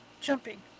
jumping